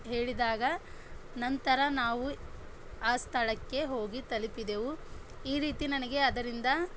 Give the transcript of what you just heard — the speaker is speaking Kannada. ಹೇಳಿದಾಗ ನಂತರ ನಾವು ಆ ಸ್ಥಳಕ್ಕೆ ಹೋಗಿ ತಲುಪಿದೆವು ಈ ರೀತಿ ನನಗೆ ಅದರಿಂದ